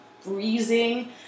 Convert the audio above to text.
freezing